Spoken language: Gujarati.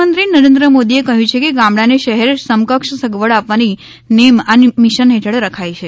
પ્રધાનમંત્રી નરેન્દ્ર મોદીએ કહ્યું છે કે ગામડા ને શહેર સમકક્ષ સગવડ આપવાની નેમ આ મિશન હેઠળ રખાઇ છે